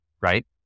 right